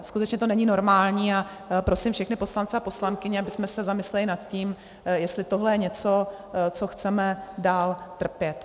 Skutečně to není normální a prosím všechny poslance a poslankyně, abychom se zamysleli nad tím, jestli tohle je něco, co chceme dál trpět.